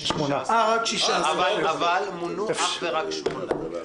אבל כרגע יש אך ורק שמונה.